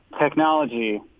technology